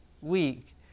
week